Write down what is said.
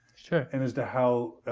and as to how